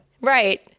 right